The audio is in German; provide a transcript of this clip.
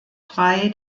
drei